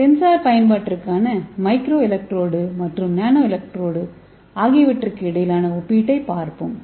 sensor பயன்பாட்டிற்கான micro electrode மற்றும் nano electrode ஆகியவற்றுக்கு இடையிலான ஒப்பீட்டைப் பார்ப்போம்